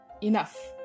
enough